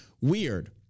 Weird